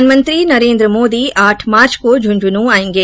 प्रधानमंत्री नरेन्द्र मोदी आठ मार्च को झुंझुनू आएंगे